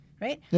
Right